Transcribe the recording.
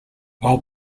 while